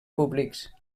públics